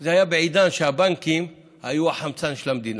זה היה בעידן שהבנקים היו החמצן של המדינה,